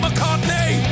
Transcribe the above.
McCartney